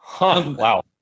wow